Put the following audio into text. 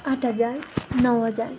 आठ हजार नौ हजार